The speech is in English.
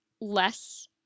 less